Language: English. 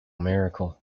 miracle